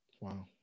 wow